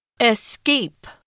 escape